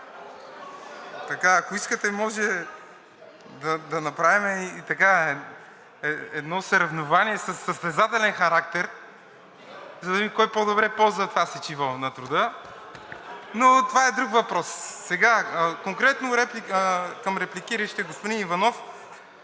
Ако искате, може да направим едно съревнование със състезателен характер, за да видим кой по-добре ползва това сечиво на труда, но това е друг въпрос. Конкретно към репликиращия господин Иванов.